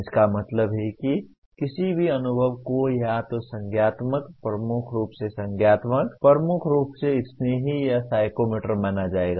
इसका मतलब है कि किसी भी अनुभव को या तो संज्ञानात्मक प्रमुख रूप से संज्ञानात्मक प्रमुख रूप से स्नेही या साइकोमोटर माना जाएगा